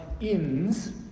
inns